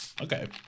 Okay